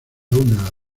una